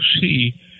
see